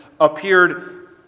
appeared